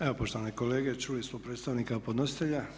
Evo poštovani kolege čuli smo predstavnika podnositelja.